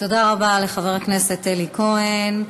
תודה רבה לחבר הכנסת אלי כהן.